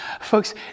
Folks